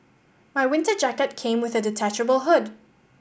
my winter jacket came with a detachable hood